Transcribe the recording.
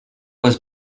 was